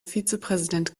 vizepräsident